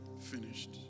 finished